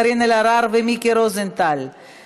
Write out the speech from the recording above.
קארין אלהרר ומיקי רוזנטל,